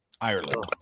Ireland